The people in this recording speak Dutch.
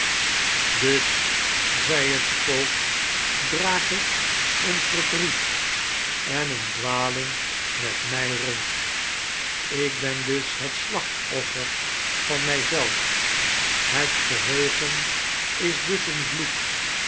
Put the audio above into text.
dus zaei het spook draag ik een verdriet en een dwaling met mij romd ik ben dus het slachtoffer van mij zelf het geheugen is dus een vloek